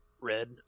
Red